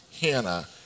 Hannah